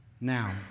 Now